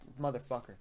motherfucker